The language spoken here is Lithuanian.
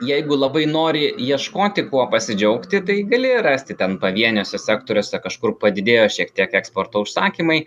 jeigu labai nori ieškoti kuo pasidžiaugti tai gali rasti ten pavieniuose sektoriuose kažkur padidėjo šiek tiek eksporto užsakymai